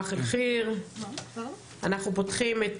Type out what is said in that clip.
אנחנו פותחים את